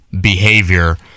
behavior